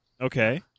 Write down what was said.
Okay